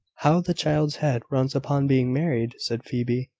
how the child's head runs upon being married! said phoebe.